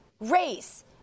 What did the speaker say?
race